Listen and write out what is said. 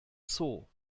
zoo